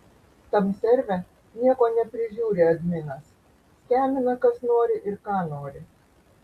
tam serve nieko neprižiūri adminas skemina kas nori ir ką nori